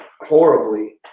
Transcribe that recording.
horribly